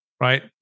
Right